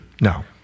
No